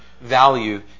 value